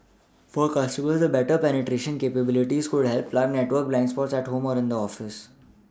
for consumers the better penetration capabilities could help plug network blind spots at home or in the office